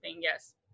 yes